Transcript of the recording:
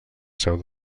seu